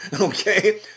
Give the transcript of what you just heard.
okay